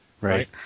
right